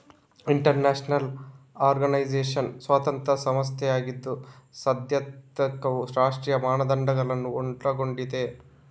inter national organization ಸ್ವತಂತ್ರ ಸಂಸ್ಥೆಯಾಗಿದ್ದು ಸದಸ್ಯತ್ವವು ರಾಷ್ಟ್ರೀಯ ಮಾನದಂಡಗಳನ್ನು ಒಳಗೊಂಡಿದೆ